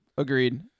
Agreed